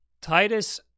Titus